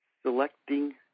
selecting